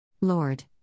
Lord